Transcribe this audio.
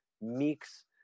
mix